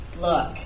look